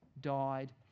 died